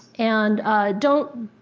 and don't,